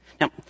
Now